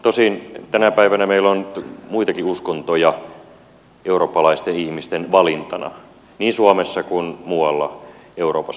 tosin tänä päivänä meillä on muitakin uskontoja eurooppalaisten ihmisten valintana niin suomessa kuin muualla euroopassa